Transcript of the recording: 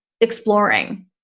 exploring